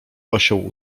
osioł